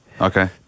Okay